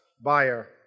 buyer